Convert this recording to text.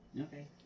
Okay